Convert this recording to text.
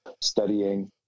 studying